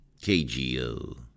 KGO